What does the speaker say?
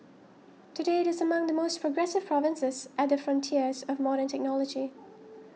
today it is among the most progressive provinces at the frontiers of modern technology